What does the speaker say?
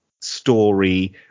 story